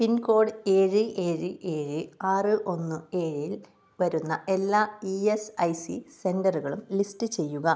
pincode ഏഴ് ഏഴ് ഏഴ് ആറ് ഒന്ന് ഏഴിൽ വരുന്ന എല്ലാ ഇ എസ് ഐ സി സെൻ്ററുകളും ലിസ്റ്റ് ചെയ്യുക